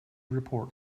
report